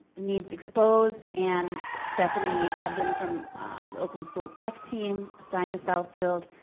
needs exposed, and stephanie hebden from the oakland schools tech team assigned to southfield,